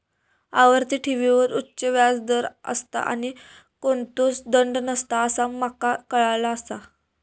आवर्ती ठेवींवर उच्च व्याज दर असता आणि कोणतोच दंड नसता असा माका काळाला आसा